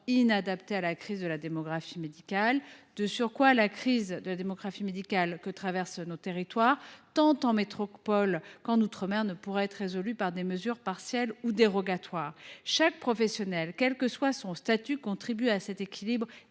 inadapté à la crise de la démographie médicale. De surcroît, ladite crise, que traversent nos territoires, tant en métropole qu’en outre mer, ne pourra être résolue par des mesures partielles ou dérogatoires. Chaque professionnel, quel que soit son statut, contribue à cet équilibre